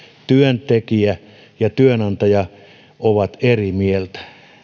työntekijä ja työnantaja ovat eri mieltä